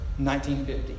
1950